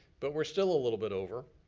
but we're still a little bit over,